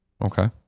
Okay